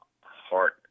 heart